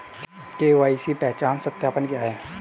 KYC पहचान सत्यापन क्या है?